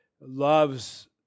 loves